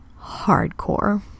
hardcore